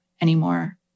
anymore